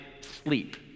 sleep